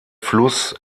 fluss